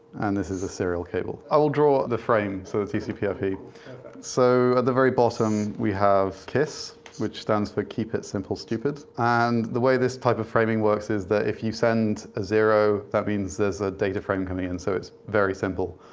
and this is a serial cable. i will draw the frame, so the tcp ip. so at the very bottom we have kiss which stands for keep it simple stupid, and the way this type of framing works is that if you send a zero, that means there's a data frame coming in. so it's very simple.